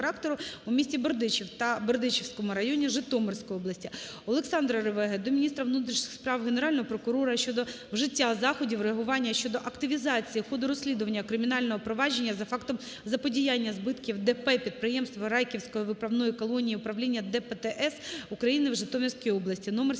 Олександра Ревеги до міністра внутрішніх справ, Генерального прокурора щодо вжиття заходів реагування щодо активізації ходу розслідування кримінального провадження за фактом заподіяння збитків ДП "Підприємство Райківської виправної колонії Управління ДПтС України в Житомирській області